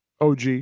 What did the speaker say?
OG